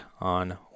on